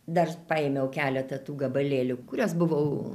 dar paėmiau keletą tų gabalėlių kuriuos buvau